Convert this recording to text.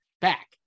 back